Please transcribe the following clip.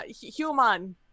human